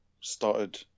started